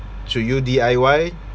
should you D_I_Y